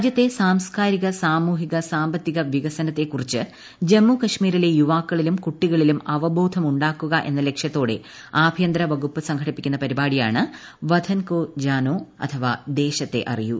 രാജ്യത്തെ സാംസ്കാരിക സാമൂഹിക സാമ്പത്തിക വികസനത്തെ കുറിച്ച് ജമ്മു കാശ്മീരിലെ യുവാക്കളിലും കുട്ടികളിലും അവബോധം ഉണ്ടാക്കുക എന്ന ലക്ഷ്യത്തോടെ ആഭ്യന്തരവകുപ്പ് സംഘടിപ്പിക്കുന്ന പരിപാടിയാണ് വതൻ കോ ജാനോ ദേശത്തെ അറിയൂ